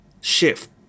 shift